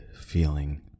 feeling